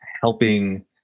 helping